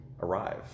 arrive